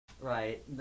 right